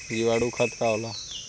जीवाणु खाद का होला?